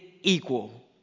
equal